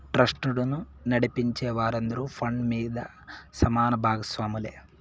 ట్రస్టును నడిపించే వారందరూ ఫండ్ మీద సమాన బాగస్వాములే